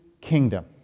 kingdom